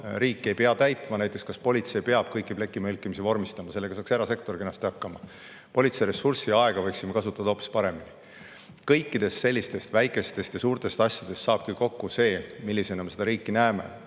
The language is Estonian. ei peaks täitma. Näiteks, kas politsei peab kõiki plekimõlkimisi vormistama, kui sellega saaks kenasti hakkama erasektor? Politsei ressurssi ja aega võiksime kasutada hoopis paremini. Kõikidest sellistest väikestest ja suurtest asjadest saabki kokku selle, millisena me seda riiki näeme.